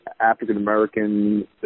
African-American